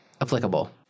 applicable